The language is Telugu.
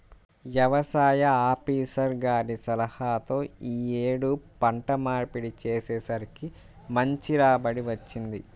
యవసాయ ఆపీసర్ గారి సలహాతో యీ యేడు పంట మార్పిడి చేసేసరికి మంచి రాబడి వచ్చింది